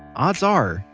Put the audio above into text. odds are.